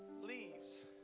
leaves